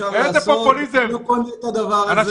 אני לא קונה את הדבר הזה.